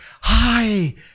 hi